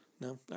no